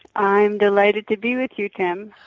i'm delighted to be with you, tim.